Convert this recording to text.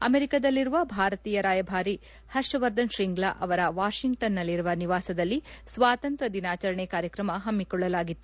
ಅಮೆರಿಕದಲ್ಲಿರುವ ಭಾರತೀಯ ರಾಯಭಾರಿ ಹರ್ಷವರ್ಧನ್ ಶ್ರಿಂಗ್ಲಾ ಅವರ ವಾಷಿಂಗ್ಟನ್ನಲ್ಲಿರುವ ನಿವಾಸದಲ್ಲಿ ಸ್ವಾತಂತ್ರ್ಯ ದಿನಾಚರಣೆ ಕಾರ್ಯಕ್ರಮ ಹಮ್ಮಿಕೊಳ್ಳಲಾಗಿತ್ತು